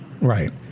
Right